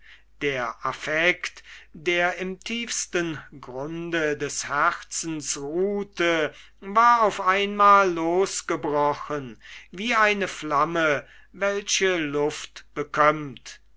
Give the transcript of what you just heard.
der affekt der im tiefsten grunde des herzens ruhte war auf einmal losgebrochen wie eine flamme welche luft bekömmt